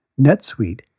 NetSuite